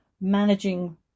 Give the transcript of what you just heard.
managing